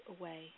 away